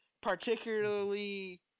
particularly